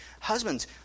husbands